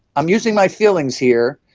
i'm using my feelings here,